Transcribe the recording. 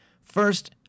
First